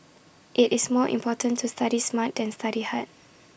IT is more important to study smart than study hard